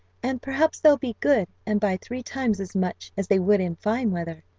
and perhaps they'll be good and buy three times as much as they would in fine weather.